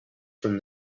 from